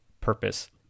purpose